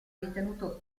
ritenuto